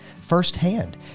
firsthand